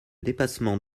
dépassement